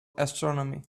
astronomy